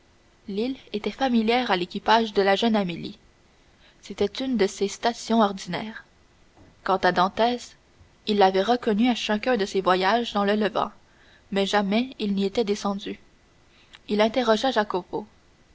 l'île était familière à l'équipage de la jeune amélie c'était une de ses stations ordinaires quant à dantès il l'avait reconnue à chacun de ses voyages dans le levant mais jamais il n'y était descendu il interrogea